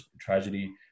tragedy